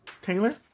Taylor